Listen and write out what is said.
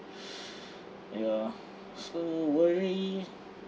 ya so worry